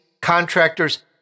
contractors